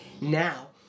now